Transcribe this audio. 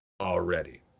already